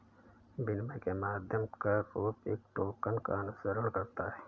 विनिमय के माध्यम का रूप एक टोकन का अनुसरण करता है